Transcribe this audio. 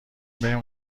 بریم